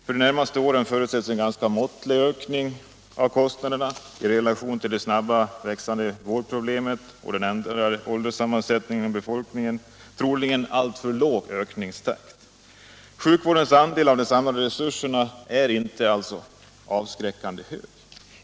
För de närmaste åren förutses en ganska måttlig ökning av kostnaderna. I relation till de snabbt växande vårdproblemen och den ändrade ålderssammansättningen inom befolkningen har man troligen förutsett en alltför låg ökningstakt. Sjukvårdens andel av de samlade resurserna är inte avskräckande hög.